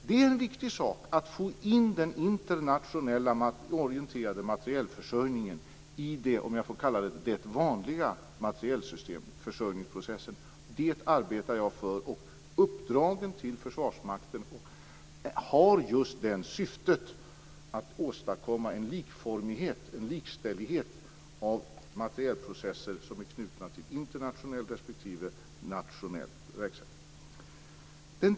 Det är en viktig sak att få in den internationellt orienterade materielförsörjningen i den vanliga materielförsörjningsprocessen. Jag arbetar för det. Uppdragen till Försvarsmakten har just syftet att åstadkomma en likformighet och en likställighet av materielprocesser som är knutna till internationell respektive nationell verksamhet.